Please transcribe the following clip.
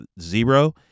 zero